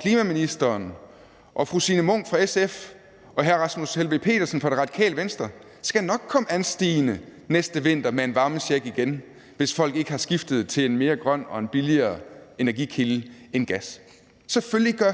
klimaministeren, fru Signe Munk fra SF og hr. Rasmus Helveg Petersen fra Radikale Venstre skal nok komme anstigende næste vinter med en varmecheck igen, hvis folk ikke har skiftet til en mere grøn og en billigere energikilde end gas. Selvfølgelig gør